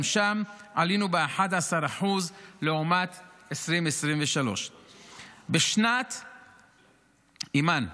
גם שם עלינו ב-11% לעומת 2023. אימאן,